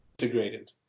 integrated